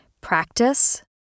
practice